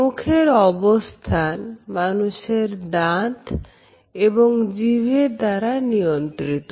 মুখের অবস্থান মানুষের দাঁত এবং জিভের দ্বারা নিয়ন্ত্রিত